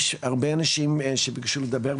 יש הרבה אנשים שביקשו לדבר,